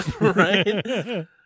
right